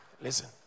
Listen